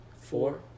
Four